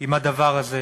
עם הדבר הזה.